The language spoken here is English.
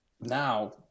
now